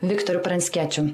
viktoru pranckiečiu